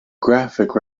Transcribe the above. graphic